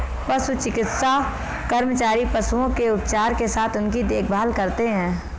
पशु चिकित्सा कर्मचारी पशुओं के उपचार के साथ उनकी देखभाल करते हैं